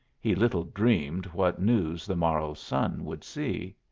he little dreamed what news the morrow's sun would see.